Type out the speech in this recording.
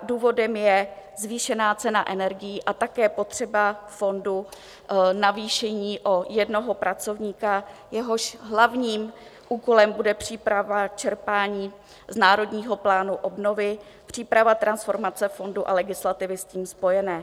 Důvodem je zvýšená cena energií a také potřeba fondu navýšení o jednoho pracovníka, jehož hlavním úkolem bude příprava čerpání z Národního plánu obnovy, příprava transformace fondu a legislativy s tím spojené.